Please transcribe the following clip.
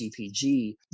CPG